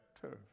turf